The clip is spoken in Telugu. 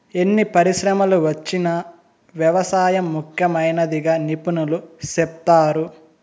ఎన్ని పరిశ్రమలు వచ్చినా వ్యవసాయం ముఖ్యమైనదిగా నిపుణులు సెప్తారు